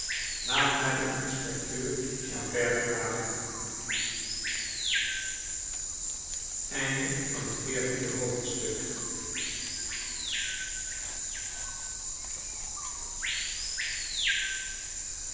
laat naar den inspecteur javert vragen vijftiende hoofdstuk